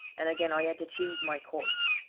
and again i had to choose my course.